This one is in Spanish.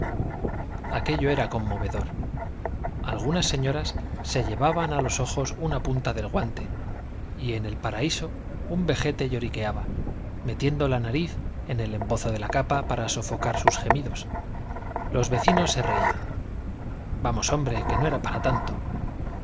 aquello era conmovedor algunas señ oras se lle vaban á los ojos una punta del guante y en el paraíso un vejete lloriqueaba metiendo la nariz en el embozo de la capa para sofocar sus gemidos los vecinos se reían j vamos hombre que no era para tanto